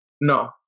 no